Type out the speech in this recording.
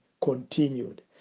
continued